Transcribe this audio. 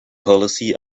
policy